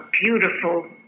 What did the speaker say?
beautiful